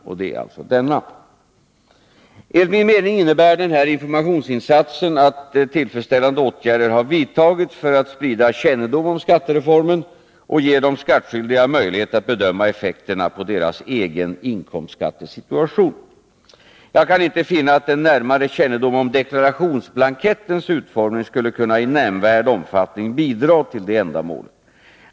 Enligt min mening innebär denna informationsinsats att tillfredsställande åtgärder har vidtagits för att sprida kännedom om skattereformen och ge de skattskyldiga möjlighet att bedöma effekterna på sin egen inkomstskattesituation. Jag kan inte finna att en närmare kännedom om deklarationsblankettens utformning skulle kunna i nämnvärd omfattning bidra till detta ändamål.